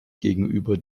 gegenüber